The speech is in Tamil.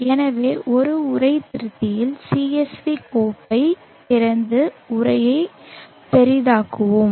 எனவே ஒரு உரை திருத்தியில் CSV கோப்பைத் திறந்து உரையை பெரிதாக்குவோம்